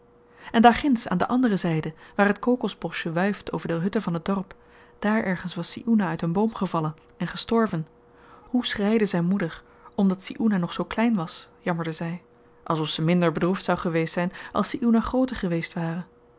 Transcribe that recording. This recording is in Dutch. en daarginds aan de andere zyde waar t kokosboschje wuift over de hutten van het dorp daar ergens was si oenah uit een boom gevallen en gestorven hoe schreide zyn moeder omdat si oenah nog zoo klein was jammerde zy alsof ze minder bedroefd zou geweest zyn als si oenah grooter geweest ware